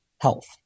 health